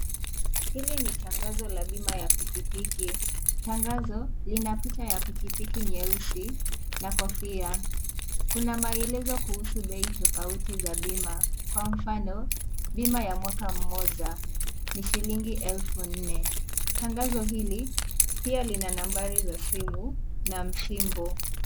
Hili ni tangazo la bima ya pikipiki. Tangazo, lina picha ya pikipiki nyeusi na kofia. Kuna maelezo kuhusu bei tofauti za bima. Kwa mfano, bima la mwaka moja ni shilingi elfu nne. Tangazo hili, pia lina nambari ya simu na msimbo.